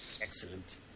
excellent